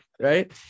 Right